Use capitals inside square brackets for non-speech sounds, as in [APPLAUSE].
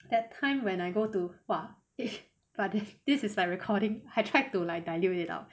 that time when I go to !wah! [NOISE] but if this is my recording I tried to like dilute it out